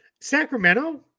Sacramento